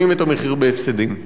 תודה רבה לך, חבר הכנסת דב חנין.